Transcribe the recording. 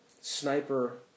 sniper